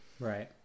Right